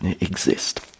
exist